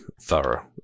thorough